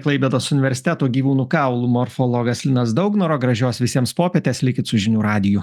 klaipėdos universiteto gyvūnų kaulų morfologas linas daugnora gražios visiems popietės likit su žinių radiju